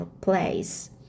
place